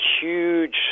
huge